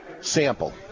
Sample